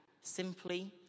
simply